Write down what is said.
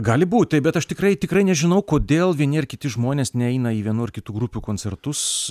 gali būt taip bet aš tikrai tikrai nežinau kodėl vieni ar kiti žmonės neina į vienų ar kitų grupių koncertus